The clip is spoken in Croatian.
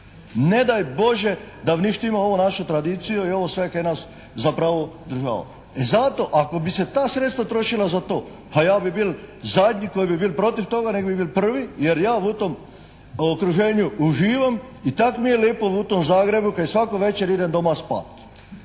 Ne daj Bože da uništimo ovu našu tradiciju i ovo sve kaj nas zapravo održava. Zato ako bi se ta sredstva trošila za to, pa ja bih bio zadnji koji bi bio protiv toga nego bi bio prvi jer ja u tom okruženju uživam i tak mi je lijepo u tom Zagrebu kaj svako veče idem doma spat,